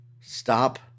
Stop